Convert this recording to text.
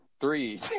three